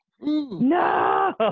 No